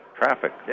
traffic